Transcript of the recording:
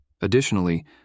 Additionally